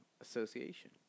Association